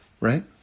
right